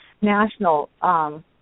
national